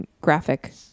graphic